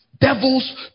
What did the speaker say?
devils